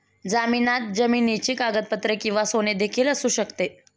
जामिनात जमिनीची कागदपत्रे किंवा सोने देखील असू शकते